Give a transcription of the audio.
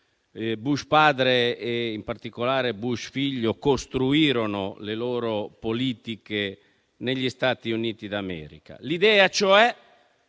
Bush padre e, in particolare, Bush figlio costruirono le loro politiche negli Stati Uniti d'America. È l'idea, cioè,